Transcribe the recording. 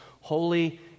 holy